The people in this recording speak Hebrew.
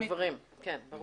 לגברים, ברור.